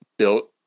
built